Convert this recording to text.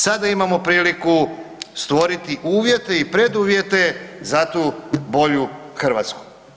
Sada imamo priliku stvoriti uvjete i preduvjete za tu bolju Hrvatsku.